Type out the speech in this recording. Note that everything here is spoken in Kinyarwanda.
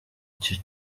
iki